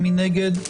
מי נגד?